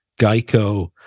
geico